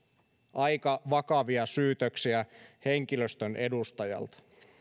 aika vakavia syytöksiä henkilöstön edustajalta